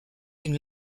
une